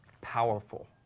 powerful